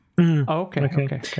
Okay